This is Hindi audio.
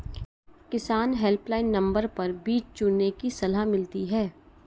किसान हेल्पलाइन नंबर पर बीज चुनने की सलाह मिलती है